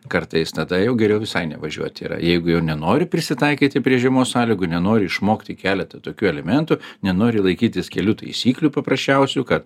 kartais tada jau geriau visai nevažiuoti yra jeigu jau nenori prisitaikyti prie žiemos sąlygų nenori išmokti keletą tokių elementų nenori laikytis kelių taisyklių paprasčiausių kad